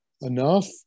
enough